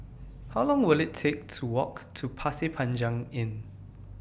How Long Will IT Take to Walk to Pasir Panjang Inn